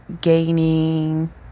gaining